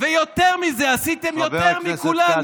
יותר מזה, עשיתם יותר מכולנו.